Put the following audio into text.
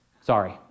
sorry